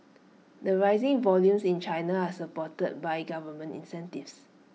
the rising volumes in China are supported by government incentives